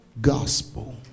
gospel